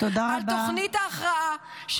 על תוכנית ההכרעה,